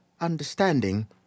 understanding